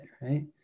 Right